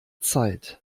zeit